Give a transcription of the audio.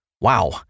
Wow